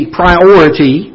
priority